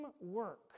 work